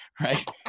right